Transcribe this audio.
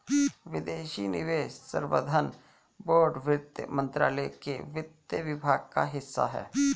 विदेशी निवेश संवर्धन बोर्ड वित्त मंत्रालय के वित्त विभाग का हिस्सा है